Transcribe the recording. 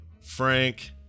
Frank